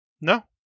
No